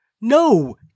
No